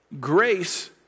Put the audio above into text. grace